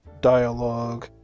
dialogue